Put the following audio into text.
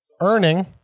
Earning